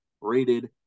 rated